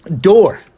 door